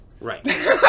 Right